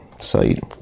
site